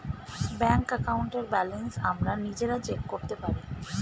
bank অ্যাকাউন্টের balance আমরা নিজেরা চেক করতে পারি